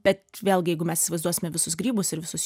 bet vėlgi jeigu mes įsivaizduosime visus grybus ir visus